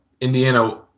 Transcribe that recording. Indiana